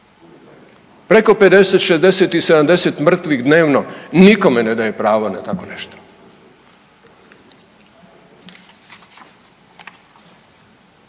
Preko 50, 60 i 70 mrtvih dnevno nikome ne daje pravo na tako nešto.